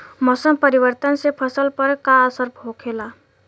मौसम परिवर्तन से फसल पर का असर होखेला?